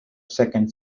second